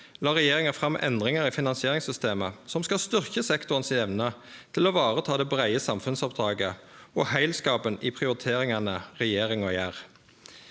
la regjeringa fram endringar i finansieringssystemet som skal styrkje sektoren si evne til å vareta det breie samfunnsoppdraget og heilskapen i prioriteringane regjeringa gjer.